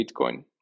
Bitcoin